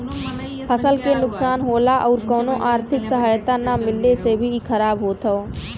फसल के नुकसान होला आउर कउनो आर्थिक सहायता ना मिलले से भी इ खराब होत हौ